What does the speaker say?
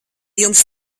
jums